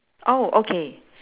oh okay